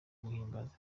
guhimbaza